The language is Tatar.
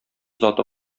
заты